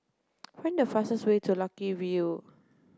find the fastest way to Lucky View